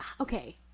Okay